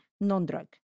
non-drug